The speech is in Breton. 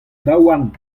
daouarn